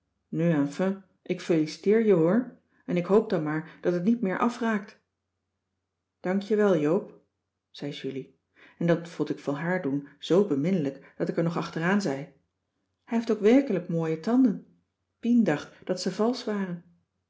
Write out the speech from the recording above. nu enfin ik feliciteer je hoor en ik hoop dan maar dat het niet meer afraakt dank je wel joop zei julie en dat vond ik voor haar doen zoo beminnelijk dat ik er nog achteraan zei hij heeft ook werkelijk mooie tanden pien dacht dat ze valsch waren